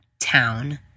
town